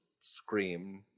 scream